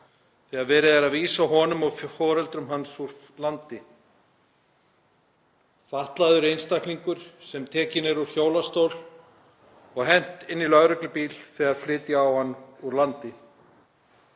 þegar verið er að vísa honum og foreldrum hans úr landi. Fatlaður einstaklingur sem tekinn er úr hjólastól og hent inn í lögreglubíl þegar flytja á hann úr landi.